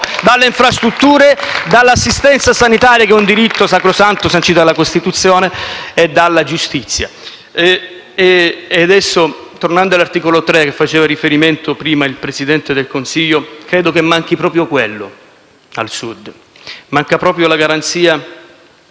dalle infrastrutture, dall'assistenza sanitaria, che è un diritto sacrosanto, sancito dalla Costituzione e dalla giustizia. *(Applausi dal Gruppo FI-BP)*. Tornando all'articolo 3, cui ha fatto riferimento prima il Presidente del Consiglio, credo che manchi proprio quello al Sud: manca proprio la garanzia,